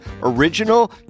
original